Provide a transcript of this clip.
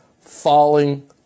falling